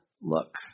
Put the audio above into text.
look